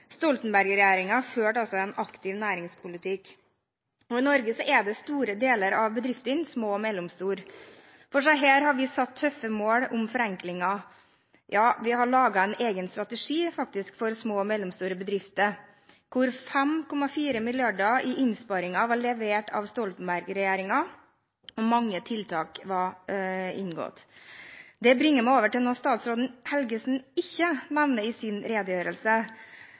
Stoltenberg-regjeringen førte altså en aktiv næringspolitikk. I Norge er store deler av bedriftene små og mellomstore. For disse har vi satt tøffe mål om forenklinger – ja, vi har lagd en egen strategi, faktisk, for små og mellomstore bedrifter, hvor 5,4 mrd. kr i innsparinger var levert av Stoltenberg-regjeringen, og mange tiltak var inngått. Det bringer meg over til noe statsråd Helgesen ikke nevner i sin redegjørelse.